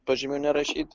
pažymių nerašyt